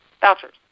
vouchers